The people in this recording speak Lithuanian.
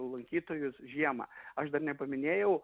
lankytojus žiemą aš dar nepaminėjau